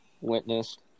witnessed